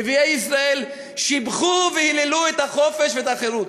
נביאי ישראל שיבחו והיללו את החופש ואת החירות.